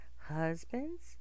husbands